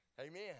Amen